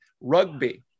Rugby